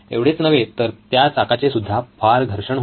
एवढेच नव्हे तर त्या चाकाचे सुद्धा फार घर्षण होते